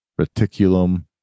Reticulum